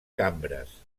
cambres